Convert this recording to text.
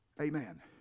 Amen